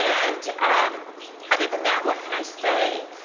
and um other than that, what can i say?